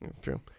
True